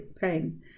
pain